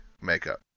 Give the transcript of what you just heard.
makeup